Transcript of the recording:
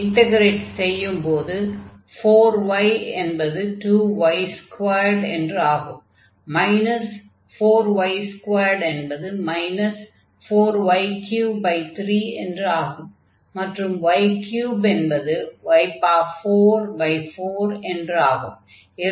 integrate செய்யும்போது 4y என்பது 2y2 என்று ஆகும் 4y2 என்பது 4y33 என்று ஆகும் மற்றும் y3 என்பது y44 என்று ஆகும்